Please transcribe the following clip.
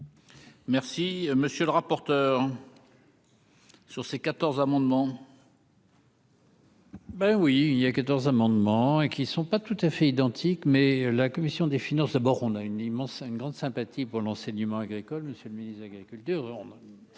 Merci, monsieur le rapporteur. Sur ces 14 amendements. Ben oui, il y a 14 amendements et qui ne sont pas tout à fait identique, mais la commission des finances à bord, on a une immense, une grande sympathie pour l'enseignement agricole, monsieur le ministre de l'Agriculture,